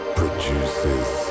produces